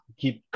keep